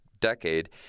decade